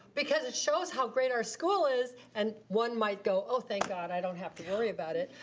because it shows how great our school is, and one might go oh thank god, i don't have to worry about it,